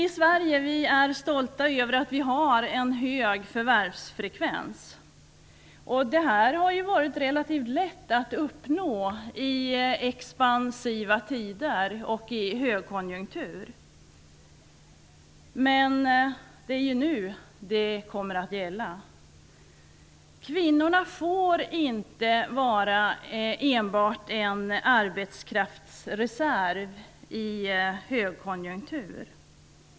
Vi är i Sverige stolta över att vi har en hög förvärvsfrekvens. Det har varit relativt lätt att uppnå i expansiva tider och i högkonjunktur. Men det är nu som det gäller. Kvinnorna får inte vara enbart en arbetskraftsreserv i högkonjunktur.